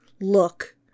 Look